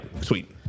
Sweet